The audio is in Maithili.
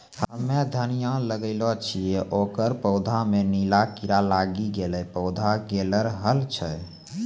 हम्मे धनिया लगैलो छियै ओकर पौधा मे नीला कीड़ा लागी गैलै पौधा गैलरहल छै?